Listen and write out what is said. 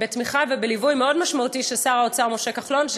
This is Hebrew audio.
בתמיכה ובליווי מאוד משמעותי של שר האוצר משה כחלון,